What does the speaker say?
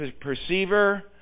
perceiver